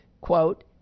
quote